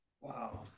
Wow